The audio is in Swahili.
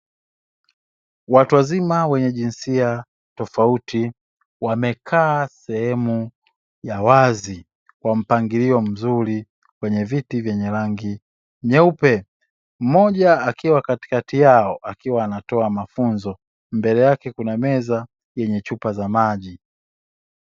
Watu wazima wenye jinsia tofauti wamekaa sehemu ya wazi kwa mpangilio mzuri kwenye viti vya rangi nyeupe, mmoja akiwa katikati yao akiwa anatoa mafunzo, mbele yake kuna meza zenye chupa za maji.